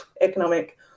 economic